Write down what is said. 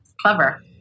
Clever